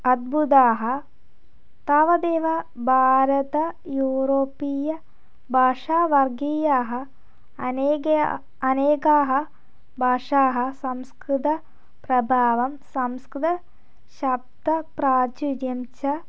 अद्भुताः तावदेव भारतयूरोपीयभाषावर्गीयाः अनेके अनेकाः भाषाः संस्कृतप्रभावं संस्कृतशब्दप्राचुर्यं च